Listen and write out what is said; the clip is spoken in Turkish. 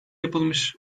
yapılmış